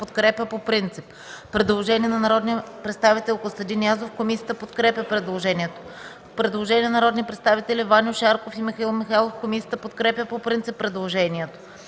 подкрепя по принцип. Предложение на народния представител Костадин Язов. Комисията подкрепя предложението. Предложение на народните представители Ваньо Шарков и Михаил Михайлов. Комисията подкрепя по принцип предложението.